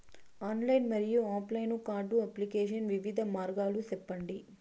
Online మరియు offline card application వివిధ మార్గాలు సెప్పండి?